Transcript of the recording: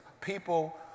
people